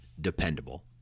dependable